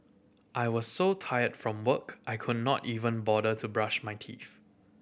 I was so tired from work I could not even bother to brush my teeth